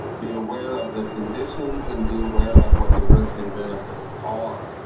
be aware of the conditions, and be aware of what the risks and benefits are.